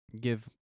give